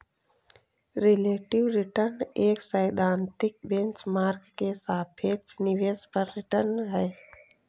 relative return एक सैद्धांतिक benchmark के सापेक्ष निवेश पर रिटर्न है